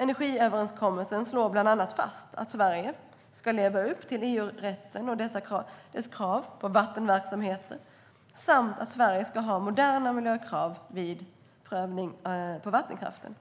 Energiöverenskommelsen slår bland annat fast att Sverige ska leva upp till EU-rätten och dess krav på vattenverksamheter samt att Sverige ska ha moderna miljökrav på vattenkraften.